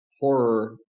horror